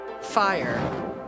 fire